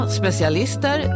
specialister